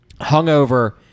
hungover